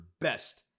best